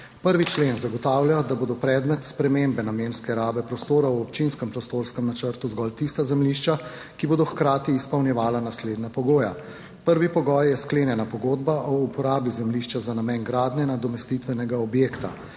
1. člen zagotavlja, da bodo predmet spremembe namenske rabe prostora v občinskem prostorskem načrtu zgolj tista zemljišča, ki bodo hkrati izpolnjevala naslednja pogoja: prvi pogoj je sklenjena pogodba o uporabi zemljišča za namen gradnje nadomestitvenega objekta;